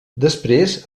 després